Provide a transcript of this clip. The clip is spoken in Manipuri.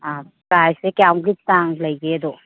ꯑꯥ ꯄ꯭ꯔꯥꯏꯖꯁꯦ ꯀꯌꯥꯃꯨꯛꯀꯤ ꯆꯥꯡ ꯂꯩꯒꯦꯗꯣ